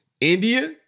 India